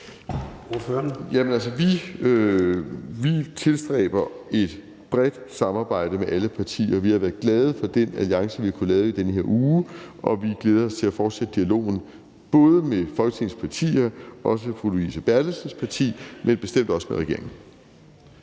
Vi tilstræber et bredt samarbejde med alle partier. Vi har været glade for den alliance, vi har kunnet lave i denne uge, og vi glæder os til at fortsætte dialogen både med Folketingets partier – også med fru Lise Bertelsens parti – men bestemt også med regeringen.